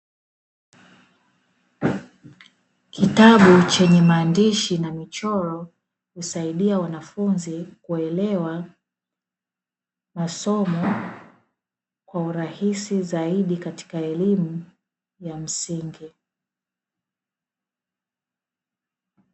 Kitabu chenye maandishi na michoro husaidia wanafunzi kuelewa masomo kwa urahisi zaidi katika elimu ya msingi.